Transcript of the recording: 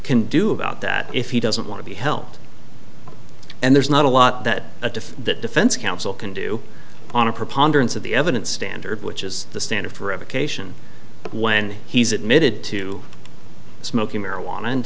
can do about that if he doesn't want to be helped and there's not a lot that a diff that defense counsel can do on a preponderance of the evidence standard which is the standard for revocation when he's admitted to smoking marijuana and